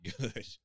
good